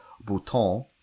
bouton